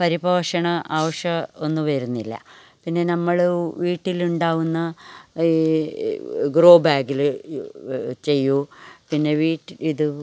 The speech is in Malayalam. പരിപോഷണ ആവശ്യം ഒന്നും വരുന്നില്ല പിന്നെ നമ്മൾ വീട്ടിലുണ്ടാവുന്ന ഗ്രോ ബാഗിൽ ചെയ്യൂ പിന്നെ വീട്ടിൽ ഇത്